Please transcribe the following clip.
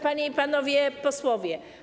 Panie i Panowie Posłowie!